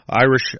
Irish